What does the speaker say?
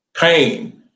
pain